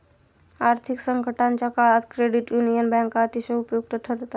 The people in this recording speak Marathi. आर्थिक संकटाच्या काळात क्रेडिट युनियन बँका अतिशय उपयुक्त ठरतात